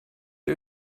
ihr